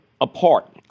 apart